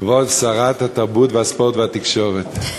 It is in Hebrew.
כבוד שרת התרבות והספורט והתקשורת,